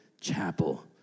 chapel